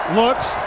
looks